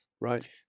Right